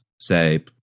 say